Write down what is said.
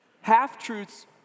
Half-truths